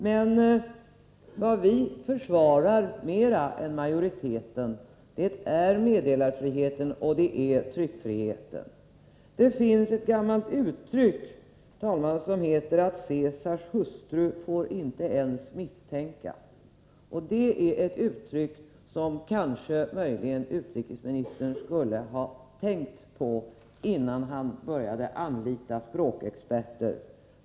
85 Vad vi försvarar mer än majoriteten är meddelarfriheten och tryckfriheten. Det finns, herr talman, ett gammalt uttryck som lyder: Caesars hustru får inte ens misstänkas. Det är ett uttryck som utrikesministern möjligen skulle ha tänkt på, innan han började anlita språkexperter.